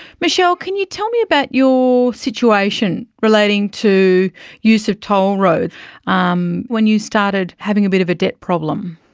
michelle, can you tell me about your situation relating to use of toll roads, um when you started having a bit of a debt problem?